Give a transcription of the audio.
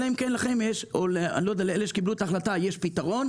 אלא אם כן לאלה שקיבלו את ההחלטה יש פתרון,